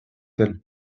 cottel